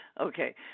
Okay